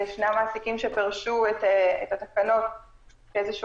ישנם מעסיקים שפירשו את התקנות כאיזשהו